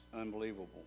unbelievable